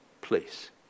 please